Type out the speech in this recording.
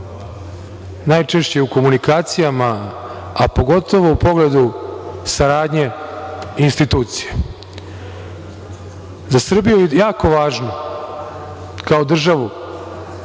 najčešće u komunikacijama, a pogotovo u pogledu saradnje institucija. Za Srbiju je jako važno kao državu